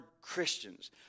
Christians